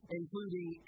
including